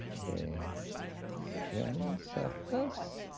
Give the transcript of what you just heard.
the skin surface,